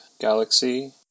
galaxy